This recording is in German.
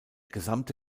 gesamte